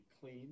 clean